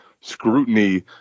scrutiny